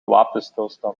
wapenstilstand